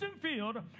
field